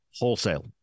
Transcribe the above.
wholesale